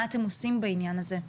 מה אתם עושים בעניין הזה.